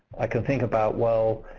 i can think about, well,